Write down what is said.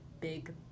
big